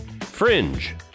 Fringe